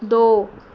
ਦੋ